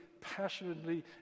passionately